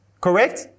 Correct